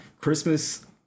Christmas